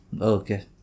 Okay